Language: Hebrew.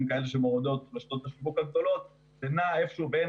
כאלה שמורידות רשתות השיווק הגדולות נע איפה שהוא בין